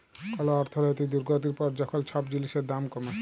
call অর্থলৈতিক দুর্গতির পর যখল ছব জিলিসের দাম কমে